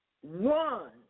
one